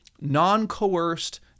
non-coerced